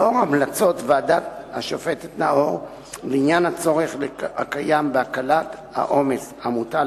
לאור המלצות ועדת השופטת נאור לעניין הצורך הקיים בהקלת העומס המוטל